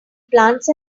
plants